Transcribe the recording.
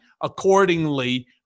accordingly